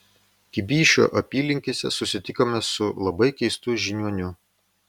kibyšių apylinkėse susitikome su labai keistu žiniuoniu